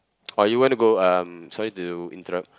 or you want to go um sorry to interrupt